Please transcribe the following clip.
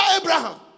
Abraham